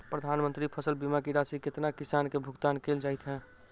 प्रधानमंत्री फसल बीमा की राशि केतना किसान केँ भुगतान केल जाइत है?